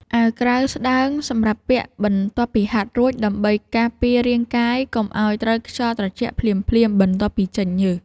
អាវក្រៅស្ដើងសម្រាប់ពាក់បន្ទាប់ពីហាត់រួច ដើម្បីការពាររាងកាយកុំឱ្យត្រូវខ្យល់ត្រជាក់ភ្លាមៗបន្ទាប់ពីចេញញើស។